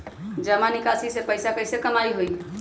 जमा निकासी से पैसा कईसे कमाई होई?